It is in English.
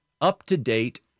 up-to-date